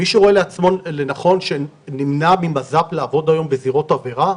מישהו רואה לנכון שנמנע ממז"פ לעבוד היום בזירות עבירה,